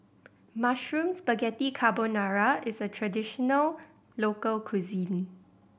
Mushroom Spaghetti Carbonara is a traditional local cuisine